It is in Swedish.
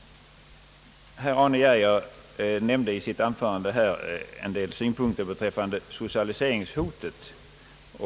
Herr Arne Geijer nämnde i sitt anförande här en del synpunkter beträffande socialiseringshotet.